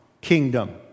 kingdom